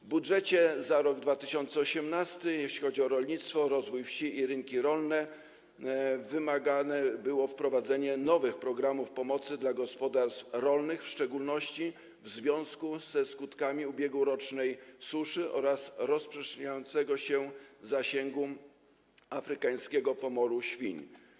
W budżecie za rok 2018, jeśli chodzi o rolnictwo, rozwój wsi i rynki rolne, wymagane było wprowadzenie nowych programów pomocy dla gospodarstw rolnych, w szczególności w związku ze skutkami ubiegłorocznej suszy oraz rozprzestrzeniającego się zasięgu afrykańskiego pomoru świń.